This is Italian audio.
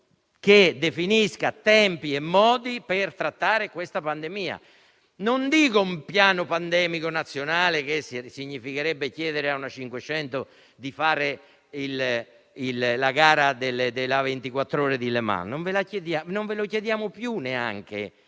che definisca tempi e modi per trattare questa pandemia. Non dico un piano pandemico nazionale, che significherebbe chiedere a una 500 di fare la 24 ore di Le Mans (non ve lo chiediamo neanche